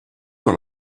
dans